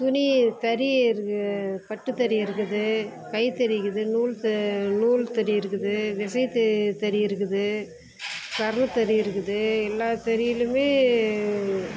துணி தறி இருக்குது பட்டுத்தறி இருக்குது கைத்தறி இருக்குது நூல் நூல் தறி இருக்குது விசைத்தறி தறி இருக்குது பெரம்பு தறி இருக்குது எல்லா தறியிலுமே